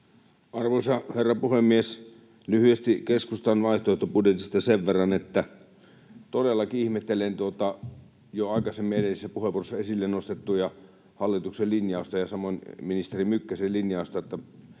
Arvoisa herra puhemies! Lyhyesti keskustan vaihtoehtobudjetista sen verran, että todellakin ihmettelen jo aikaisemmin, edellisissä puheenvuoroissa, esille nostettua hallituksen linjausta ja samoin ministeri Mykkäsen linjausta, että